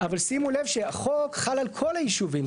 אבל שימו לב שהחוק חל על כל הישובים.